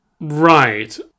Right